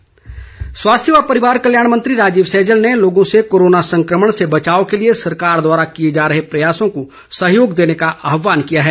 सैजल स्वास्थ्य व परिवार कल्याण मंत्री राजीव सैजल ने लोगों से कोरोना संक्रमण से बचाव के लिए सरकार द्वारा किए जा रहे प्रयासों को सहयोग देने का आहवान किया है